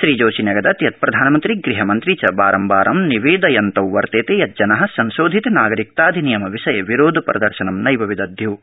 श्रीजोशी न्यगदत् यद् प्रधानमन्त्री गृहमन्त्री च बारम्वारं निवेदयन्तौ वर्तेते यज्जनाः संशोधित नागरिकता धिनियम विषये विरोधप्रदर्शनं नैव विदध्य्ः